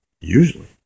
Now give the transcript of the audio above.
usually